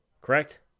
Correct